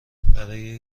برای